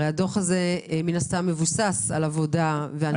הרי מן הסתם הדוח הזה מבוסס על עבודה ועל נתונים.